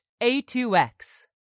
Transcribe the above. A2X